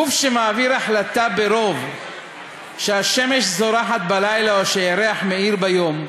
גוף שמעביר ברוב החלטה שהשמש זורחת בלילה או שהירח מאיר ביום,